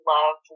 Love